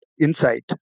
insight